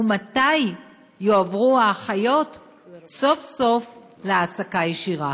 ומתי יועברו האחיות סוף-סוף להעסקה ישירה?